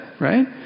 right